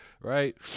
Right